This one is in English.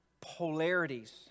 polarities